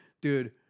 dude